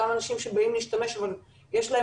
אותם אנשים שבאים להשתמש אבל יש להם